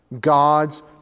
God's